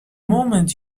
moment